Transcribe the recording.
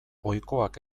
ohikoak